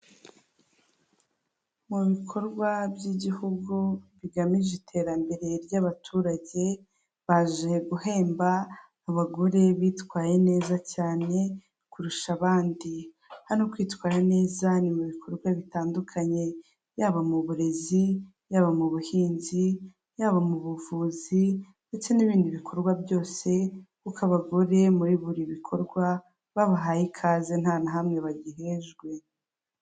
Mu bikorwa by'igihugu bigamije iterambere ry'abaturage, baje guhemba abagore bitwaye neza cyane kurusha abandi, hano kwitwara neza ni mu bikorwa bitandukanye, yaba mu burezi, yaba mu buhinzi, yaba mu buvuzi ndetse n'ibindi bikorwa byose kuko abagore muri buri bikorwa babahaye ikaze ntanahamwe bagihejwe.